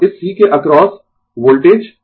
और इस C के अक्रॉस वोल्टेज